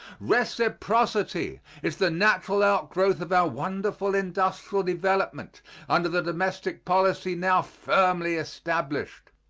reciprocity is the natural outgrowth of our wonderful industrial development under the domestic policy now firmly established.